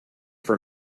for